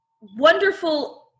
wonderful